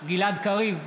גלעד קריב,